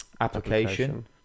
Application